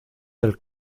del